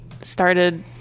started